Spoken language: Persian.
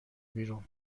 بیرون